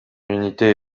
unité